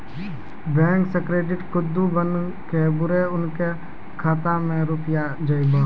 Bank से credit कद्दू बन के बुरे उनके खाता मे रुपिया जाएब?